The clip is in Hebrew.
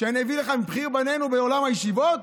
שאני אביא לך מבכירי בנינו בעולם הישיבות?